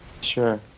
sure